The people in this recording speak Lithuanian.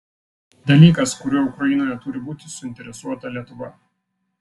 dalykas kuriuo ukrainoje turi būti suinteresuota lietuva